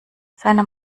seiner